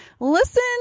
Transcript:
listen